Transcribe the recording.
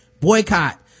boycott